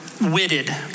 witted